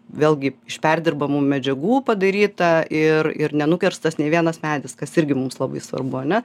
vėlgi iš perdirbamų medžiagų padaryta ir ir nenukirstas nė vienas medis kas irgi mums labai svarbu ane